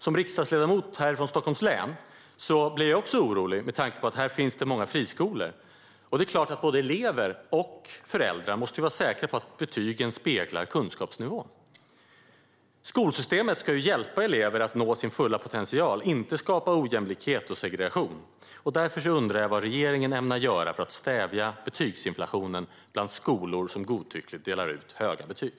Som riksdagsledamot från Stockholms län blir jag också orolig med tanke på att det finns många friskolor här. Det är klart att både elever och föräldrar måste kunna vara säkra på att betygen speglar kunskapsnivån. Skolsystemet ska hjälpa elever att nå sin fulla potential, inte skapa ojämlikhet och segregation. Jag undrar därför: Vad ämnar regeringen göra för att stävja betygsinflationen bland skolor som godtyckligt delar ut höga betyg?